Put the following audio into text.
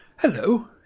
Hello